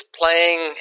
playing